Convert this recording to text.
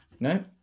No